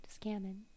Scamming